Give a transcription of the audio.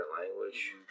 language